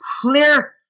clear